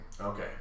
Okay